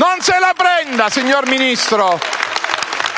*(I senatori del Gruppo M5S si